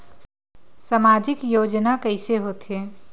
सामजिक योजना कइसे होथे?